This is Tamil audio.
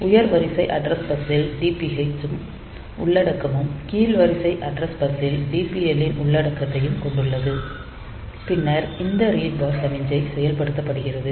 உயர் வரிசை அட்ரஸ் பஸ்ஸில் DPH ன் உள்ளடக்கமும் கீழ் வரிசை அட்ரஸ் பஸ்ஸில் DPL ன் உள்ளடக்கத்தையும் கொண்டுள்ளது பின்னர் இந்த ரீட் பார் சமிக்ஞை செயல்படுத்தப்படுகிறது